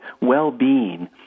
well-being